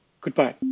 Goodbye